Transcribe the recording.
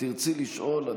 אם תרצי לשאול,